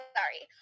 sorry